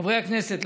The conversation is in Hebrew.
חברי הכנסת,